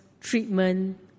treatment